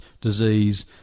disease